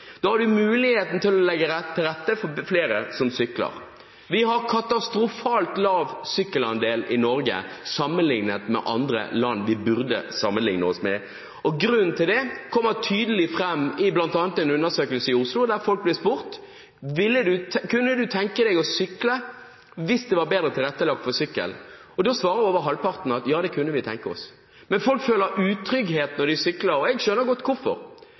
da har man muligheten til å legge til rette for at flere sykler. Vi har en katastrofalt lav sykkelandel i Norge sammenlignet med andre land vi burde sammenligne oss med, og grunnen kommer tydelig fram i bl.a. en undersøkelse i Oslo der folk ble spurt: Kunne du tenke deg å sykle hvis det var bedre tilrettelagt for sykkel? Da svarer over halvparten: Ja, det kunne vi tenke oss. Men folk føler utrygghet når de sykler, og jeg skjønner godt hvorfor.